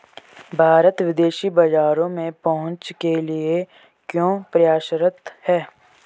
भारत विदेशी बाजारों में पहुंच के लिए क्यों प्रयासरत है?